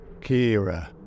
Kira